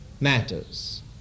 matters